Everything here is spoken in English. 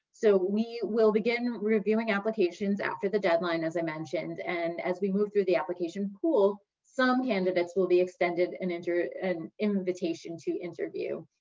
so we will begin reviewing applications after the deadline as i mentioned. and as we move through the application pool, some candidates will be extended and an invitation to interview.